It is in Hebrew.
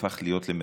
הפך להיות מרתק.